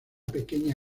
pequeña